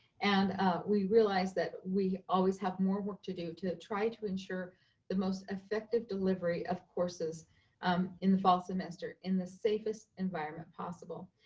and we realize that we always have more work to do to try to ensure the most effective delivery of courses um in the fall semester in the safest environment possible.